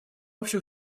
общих